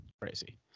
Crazy